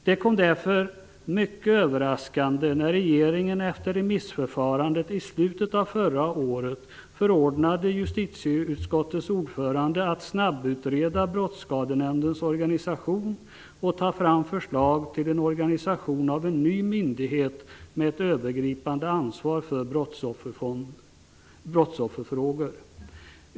Det kom därför mycket överraskande när regeringen efter remissförfarandet i slutet av förra året förordnade justitieutskottets ordförande att snabbutreda Brottsskadenämndens organisation och ta fram förslag till organisation av en ny myndighet med ett övergripande ansvar för brottsofferfrågor.